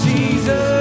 Jesus